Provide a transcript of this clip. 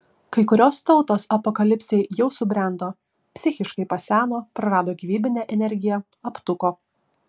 kai kurios tautos apokalipsei jau subrendo psichiškai paseno prarado gyvybinę energiją aptuko